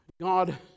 God